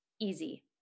easy